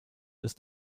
ist